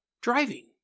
driving